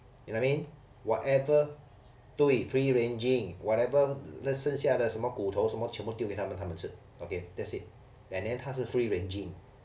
you know I mean whatever 对 free ranging whatever 剩下的什么骨头什么全部丢给他们他们吃 okay that's it and then 他是 free ranging